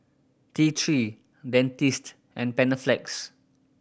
T Three Dentiste and Panaflex